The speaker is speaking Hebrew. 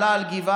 עלה על גבעה,